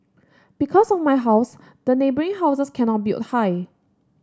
because of my house the neighbouring houses cannot build high